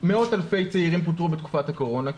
מאות אלפי צעירים פוטרו בתקופת הקורונה.